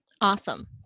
Awesome